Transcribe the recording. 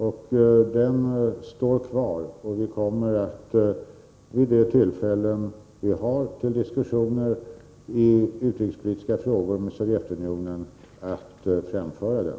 Denna kvarstår, och vi kommer att vid de tillfällen vi har till diskussioner i utrikespolitiska frågor med Sovjetunionen framföra den.